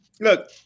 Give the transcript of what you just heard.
Look